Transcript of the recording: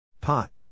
Pot